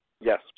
Yes